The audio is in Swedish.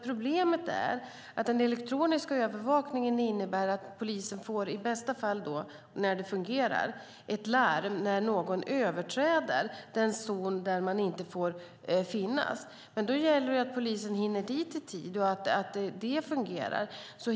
Problemet är att den elektroniska övervakningen innebär att polisen i bästa fall, när det fungerar, får ett larm när någon överträder den zon där man inte får finnas. Då gäller det att polisen hinner dit i tid och att det fungerar.